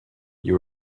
you